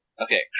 Okay